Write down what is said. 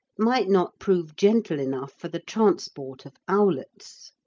might not prove gentle enough for the transport of owlets.